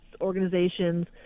organizations